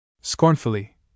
Scornfully